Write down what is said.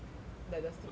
like the sit down [one]